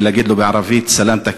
ולהגיד לו בערבית: סלאמתכ,